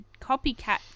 copycat